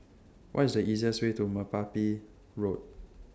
What IS The easiest Way to Merpati Road